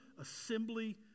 assembly